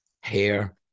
Hair